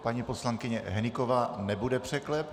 Paní poslankyně Hnyková nebude překlep.